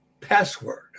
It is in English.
password